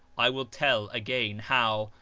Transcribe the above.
i will tell again how,